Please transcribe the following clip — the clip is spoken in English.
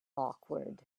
awkward